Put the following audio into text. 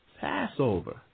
Passover